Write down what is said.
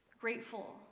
grateful